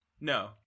No